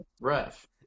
ref